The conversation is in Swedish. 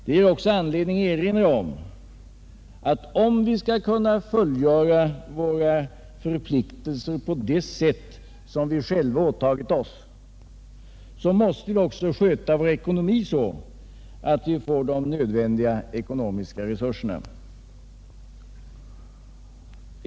Det ger också anledning erinra om att om vi skall kunna fullgöra våra förpliktelser på det sätt som vi har åtagit oss, så måste vi sköta vår ekonomi så att vi får de nödvändiga ekonomiska resurserna.